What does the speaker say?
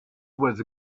was